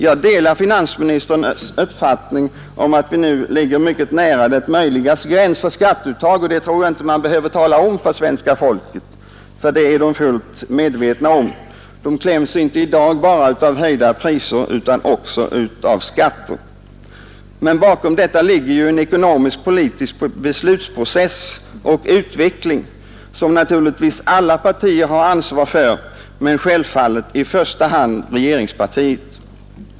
Jag delar finansministerns uppfattning att vi nu ligger mycket nära det möjligas gräns för skatteuttag, och det tror jag inte att man behöver tala om för svenska folket, ty det är alla fullt medvetna om. Människorna kläms i dag inte bara av höjda priser utan också av skatter. Bakom detta ligger en ekonomisk-politisk beslutsprocess och en utveckling som naturligtvis alla partier har ansvar för men självfallet i första hand regeringspartiet.